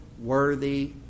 worthy